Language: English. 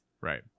Right